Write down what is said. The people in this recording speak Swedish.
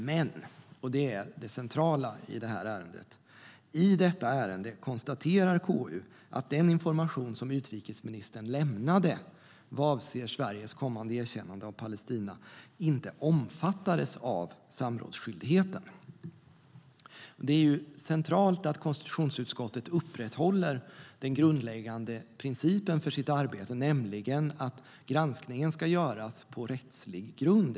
Men, och det är det centrala i detta ärende, i detta ärende konstaterar KU att den information som utrikesministern lämnade vad avser Sveriges kommande erkännande av Palestina inte omfattades av samrådsskyldigheten. Det är centralt att konstitutionsutskottet upprätthåller den grundläggande principen för sitt arbete, nämligen att granskningen ska göras på rättslig grund.